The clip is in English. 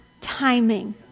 timing